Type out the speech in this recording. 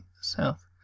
South